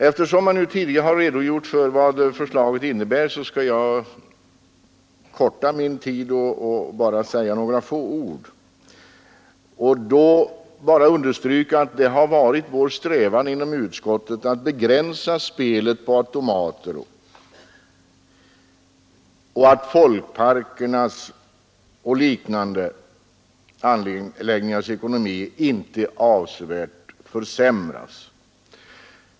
Eftersom man redan har redogjort för vad förslaget innebär skall jag korta av min tid och bara säga några få ord. Jag vill understryka att det har varit vår strävan inom utskottet att begränsa spelet på automater utan att folkparker och liknande anläggningars ekonomi avsevärt försämras.